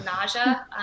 nausea